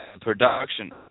production